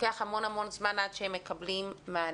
לוקח המון המון זמן עד שהם מקבלים מענה,